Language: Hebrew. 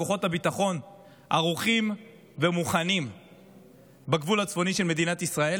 כוחות הביטחון ערוכים ומוכנים בגבול הצפוני של מדינת ישראל.